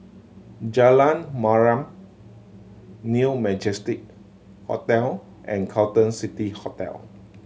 Jalan Mariam New Majestic Hotel and Carlton City Hotel